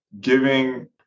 giving